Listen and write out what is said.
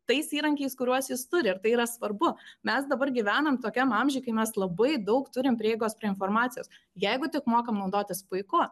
tais įrankiais kuriuos jis turi ir tai yra svarbu mes dabar gyvename tokiam amžiuje kai mes labai daug turime prieigos prie informacijos jeigu tik mokame naudotis puiku